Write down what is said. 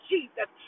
Jesus